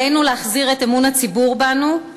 עלינו להחזיר את אמון הציבור בנו,